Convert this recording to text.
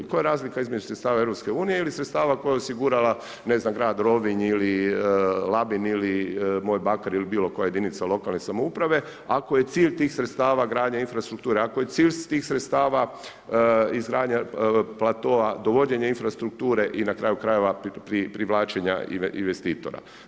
Koja je razlika između sredstava EU ili sredstava koje je osigurao ne znam grad Rovinj ili Labin ili moj BAkar ili bilo koja jedinica lokalne samouprave ako je cilj tih sredstava gradnja infrastrukture, ako je cilj tih sredstava izgradnja platoa, dovođenje infrastrukture i na kraju krajeva privlačenja investitora.